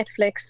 netflix